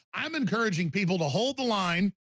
i'm encouraging people to hold the line,